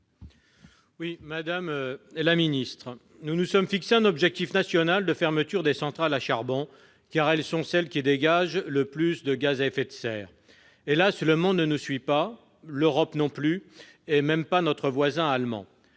Madame la secrétaire d'État, nous nous sommes fixé un objectif national de fermeture des centrales à charbon, car ce sont celles qui dégagent le plus de gaz à effet de serre. Hélas ! le monde ne nous suit pas, pas même l'Europe et moins encore notre voisin allemand.